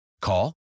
Call